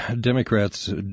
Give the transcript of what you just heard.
Democrats